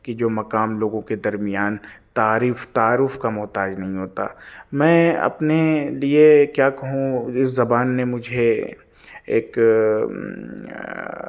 کہ جو مقام لوگوں کے درمیان تعریف تعارف کا محتاج نہیں ہوتا میں اپنے لیے کیا کہوں اس زبان نے مجھے ایک